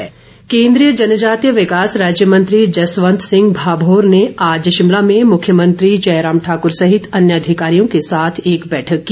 केन्द्रीय मंत्री केन्द्रीय जनजातीय विकास राज्य मंत्री जसवंत सिंह भाभोर ने आज शिमला में मुख्यमंत्री जयराम ठाकूर सहित अन्य अधिकारियों के साथ एक बैठक की